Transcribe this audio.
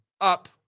up